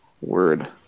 Word